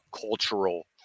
cultural